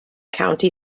county